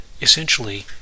Essentially